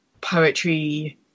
poetry